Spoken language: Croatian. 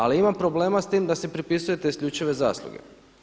Ali imam problema sa tim da si pripisujete isključive zasluge.